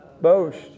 boast